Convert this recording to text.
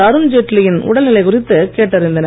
அஅுண்ஜேட்லியின் உடல்நிலை குறித்து கேட்டறிந்தனர்